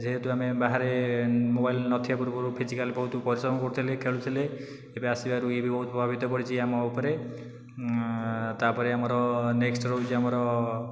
ଯେହେତୁ ଆମେ ବାହାରେ ମୋବାଇଲ୍ ନଥିବା ପୂର୍ବରୁ ଫିଜିକାଲ୍ ବହୁତ ପରିଶ୍ରମ କରୁଥିଲେ ଖେଳୁଥିଲେ ଏବେ ଆସିବାରୁ ଇଏ ବି ବହୁତ ପ୍ରଭାବିତ ପଡ଼ିଛି ଆମ ଉପରେ ତାପରେ ଆମର ନେକ୍ଷ୍ଟ ରହୁଚି ଆମର